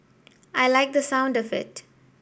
I liked the sound of it